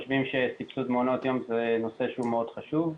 סבסוד מעונות יום זה נושא שהוא חשוב מאוד.